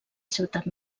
ciutat